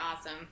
awesome